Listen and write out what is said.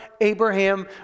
Abraham